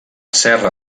serra